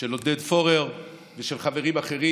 של עודד פורר ושל חברים אחרים.